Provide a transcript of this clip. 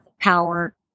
power